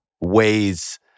ways